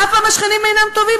אף פעם השכנים אינם טובים,